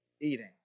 eating